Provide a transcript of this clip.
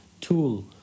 tool